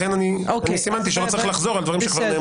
לכן לא צריך לחזור על דברים שכבר נאמרו.